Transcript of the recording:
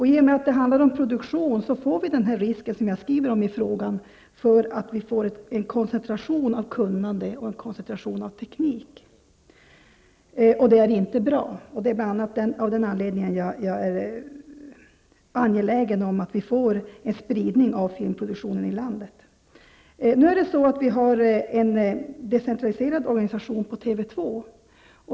I och med att det handlar om produktion uppstår den risk jag skriver om i min fråga, risken för en koncentration av kunnande och en koncentration av teknik. Detta är inte bra, och det är bl.a. av den anledningen jag är angelägen om att vi får en spridning av filmproduktionen i landet. Det är nu så att vi har en decentraliserad organisation inom TV2.